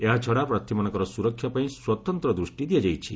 ଏହାଛଡା ପ୍ରାର୍ଥୀମାନଙ୍କର ସୁରକ୍ଷା ପାଇଁ ସ୍ୱତନ୍ତ୍ର ଦୃଷ୍ଟି ଦିଆଯାଇଛି